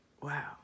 Wow